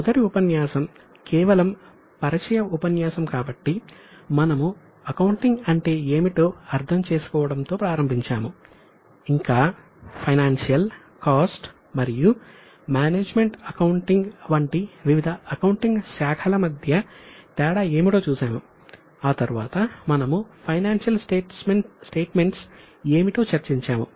మొదటి ఉపన్యాసం కేవలం పరిచయ ఉపన్యాసం కాబట్టి మనము అకౌంటింగ్ అంటే ఏమిటో అర్థం చేసుకోవడంతో ప్రారంభించాము ఇంకా ఫైనాన్షియల్ కాస్ట్ మరియు మేనేజ్మెంట్ అకౌంటింగ్ వంటి వివిధ అకౌంటింగ్ శాఖల మధ్య తేడా ఏమిటో చూశాము ఆ తర్వాత మనము ఫైనాన్షియల్ స్టేట్మెంట్స్ ఏమిటో చర్చించాము